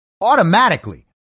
automatically